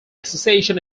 association